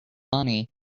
money